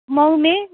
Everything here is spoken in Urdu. مئو میں